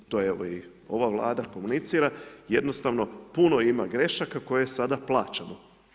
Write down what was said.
To je evo i ova vlada komunicira, jednostavno, puno ima grešaka koje sad plaćamo.